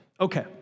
Okay